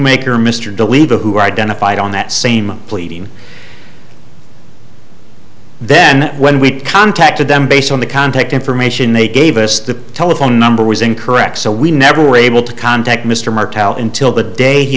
the who identified on that same pleading then when we contacted them based on the contact information they gave us the telephone number was incorrect so we never were able to contact mr martello until the day he